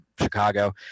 Chicago